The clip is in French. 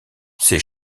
ces